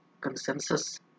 consensus